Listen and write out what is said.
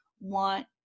want